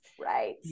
Right